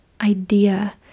idea